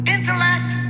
Intellect